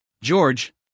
George